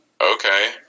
okay